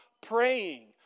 praying